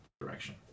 direction